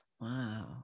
Wow